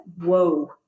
whoa